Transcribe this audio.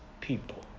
people